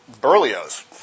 Berlioz